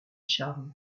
charles